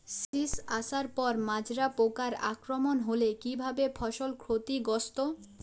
শীষ আসার পর মাজরা পোকার আক্রমণ হলে কী ভাবে ফসল ক্ষতিগ্রস্ত?